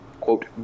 quote